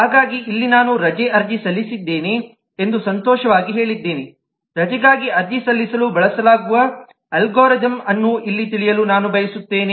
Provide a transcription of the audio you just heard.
ಹಾಗಾಗಿ ಇಲ್ಲಿ ನಾನು ರಜೆ ಅರ್ಜಿ ಸಲ್ಲಿಸಿದ್ದೇನೆ ಎಂದು ಸಂತೋಷವಾಗಿ ಹೇಳಿದ್ದೇನೆ ರಜೆಗಾಗಿ ಅರ್ಜಿ ಸಲ್ಲಿಸಲು ಬಳಸಲಾಗುವ ಅಲ್ಗಾರಿದಮ್ ಅನ್ನು ಇಲ್ಲಿ ತಿಳಿಯಲು ನಾನು ಬಯಸುತ್ತೇನೆ